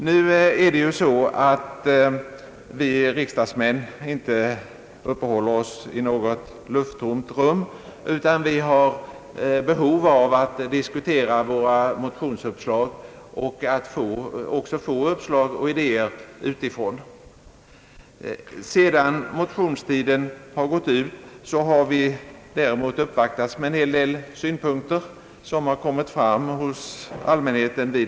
Nu är det ju så, att vi riksdagsmän inte uppehåller oss i något lufttomt rum, utan vi har behov av att diskutera våra motionsuppslag och att även få uppslag och idéer utifrån. Detta var svårt när inte propositionen fanns tillgänglig. Sedan motionstiden gått ut har vi däremot uppvaktats med en hel del synpunkter från allmänheten.